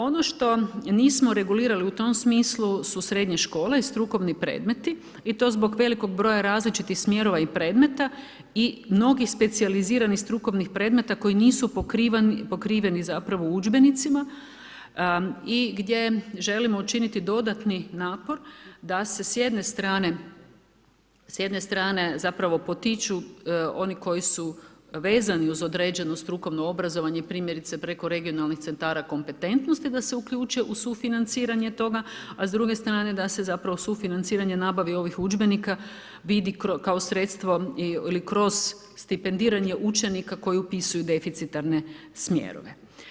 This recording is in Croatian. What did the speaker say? Ono što nismo regulirali u tom smislu su srednje škole i strukovni predmeti i to zbog velikog broja različitih smjerova i predmeta i mnogih specijaliziranih strukovnih predmeta koji nisu pokriveni zapravo u udžbenicima i gdje želimo učiniti dodatni napor da se s jedne strane zapravo potiču oni koji su vezani uz određenu strukovno obrazovanje, primjerice preko regionalnih centara kompetentnosti, da se uključe u sufinanciranje toga, a s druge strane da se zapravo sufinanciranje nabavi ovih udžbenika vidi kao sredstvo ili kroz stipendiranja učenika koje upisuju deficitarne smjerove.